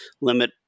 limit